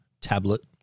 tablet